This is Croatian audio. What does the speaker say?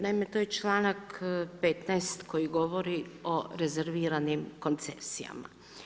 Naime, to je članak 15. koji govori o rezerviranim koncesijama.